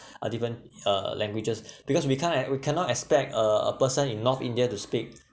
are different uh languages because we can't and we cannot expect a a person in north india to speak